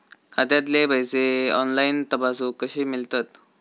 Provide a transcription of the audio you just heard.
खात्यातले पैसे ऑनलाइन तपासुक कशे मेलतत?